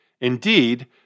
Indeed